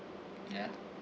ya